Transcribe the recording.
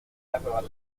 laitiers